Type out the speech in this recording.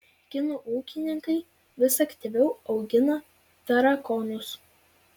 kinų ūkininkai vis aktyviau augina tarakonus